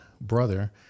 brother